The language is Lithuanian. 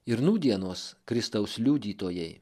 ir nūdienos kristaus liudytojai